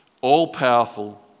All-powerful